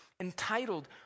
entitled